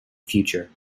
future